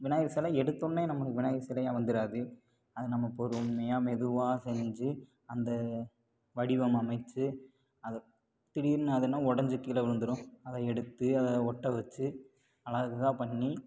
விநாயகர் செலை எடுத்தோடனே நம்மளுக்கு விநாயகர் செலையா வந்துடாது அது நம்ம பொறுமையாக மெதுவாக செஞ்சு அந்த வடிவம் அமைத்து அதை திடீர்னு அதுனால் உடஞ்சி கீழே விழுந்துரும் அதை எடுத்து ஒட்ட வச்சு அழகா பண்ணி